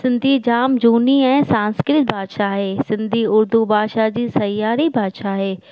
सिंधी जाम झूनी ऐं सांस्कृत भाषा आहे सिंधी उर्दु भाषा जी सहियारी भाषा आहे